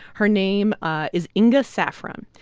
her name ah is inga saffron,